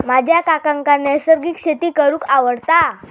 माझ्या काकांका नैसर्गिक शेती करूंक आवडता